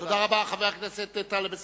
תודה רבה, חבר הכנסת טלב לאסאנע.